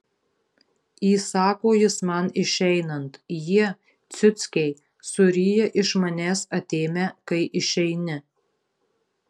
įsako jis man išeinant jie ciuckiai suryja iš manęs atėmę kai išeini